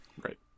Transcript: Right